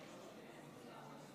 מזכיר הכנסת